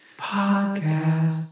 Podcast